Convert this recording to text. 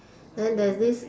then there's this